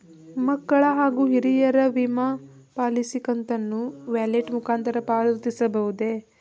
ಮಕ್ಕಳ ಹಾಗೂ ಹಿರಿಯರ ವಿಮಾ ಪಾಲಿಸಿ ಕಂತನ್ನು ವ್ಯಾಲೆಟ್ ಮುಖಾಂತರ ಪಾವತಿಸಬಹುದೇ?